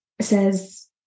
says